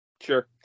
Sure